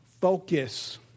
Focus